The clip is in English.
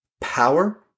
power